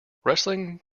wrestling